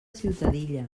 ciutadilla